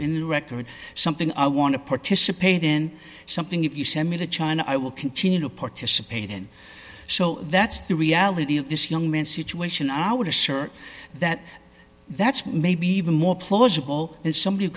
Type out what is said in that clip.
the record something i want to participate in something if you send me to china i will continue to participate in so that's the reality of this young man situation i would assert that that's maybe even more plausible than somebody